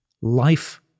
life